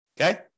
Okay